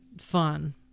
fun